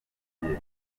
bagiye